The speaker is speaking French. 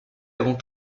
avant